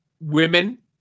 women